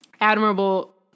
admirable